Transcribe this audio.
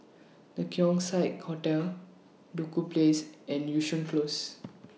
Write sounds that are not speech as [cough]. The Keong Saik Hotel Duku Place and Yishun Close [noise]